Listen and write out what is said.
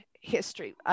history